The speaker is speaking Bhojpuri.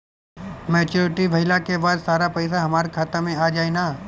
मेच्योरिटी भईला के बाद सारा पईसा हमार खाता मे आ जाई न?